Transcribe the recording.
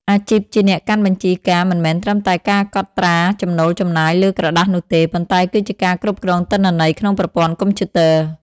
អាជីពជាអ្នកកាន់បញ្ជីការមិនមែនត្រឹមតែការកត់ត្រាចំណូលចំណាយលើក្រដាសនោះទេ ប៉ុន្តែគឺជាការគ្រប់គ្រងទិន្នន័យក្នុងប្រព័ន្ធកុំព្យូទ័រ។